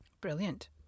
brilliant